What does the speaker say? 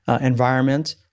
environment